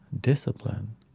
Discipline